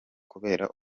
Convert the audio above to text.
kubera